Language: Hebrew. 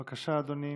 בבקשה, אדוני,